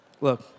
look